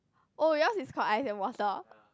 oh yours is called ice and water